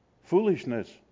Foolishness